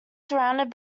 surrounded